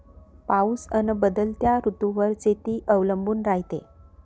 पाऊस अन बदलत्या ऋतूवर शेती अवलंबून रायते